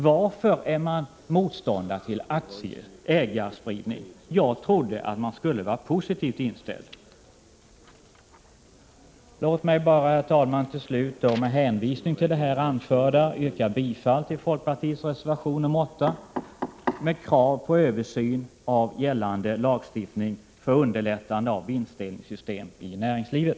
Varför är man motståndare till aktieägarspridning? Jag trodde att man skulle vara positivt inställd. Låt mig, herr talman, med hänvisning till det anförda få yrka bifall till folkpartiets reservation 8, med krav på översyn av gällande lagstiftning för underlättande av vinstdelningssystem i näringslivet.